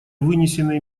вынесенные